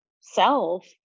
self